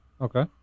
Okay